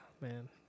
man